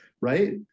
Right